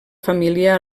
família